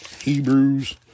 Hebrews